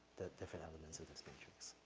the different elements of this matrix.